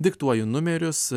diktuoju numerius